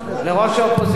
לראש האופוזיציה,